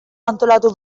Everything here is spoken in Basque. antolatu